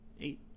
eight